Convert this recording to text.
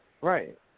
Right